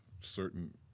certain